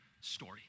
story